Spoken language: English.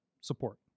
support